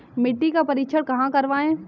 मिट्टी का परीक्षण कहाँ करवाएँ?